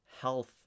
health